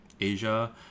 asia